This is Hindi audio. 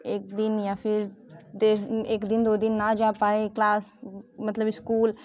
एक दिन या फिर एक दिन दो दिन ना जा पाए क्लास मतलब इस्कूल